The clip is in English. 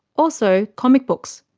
also, comic books,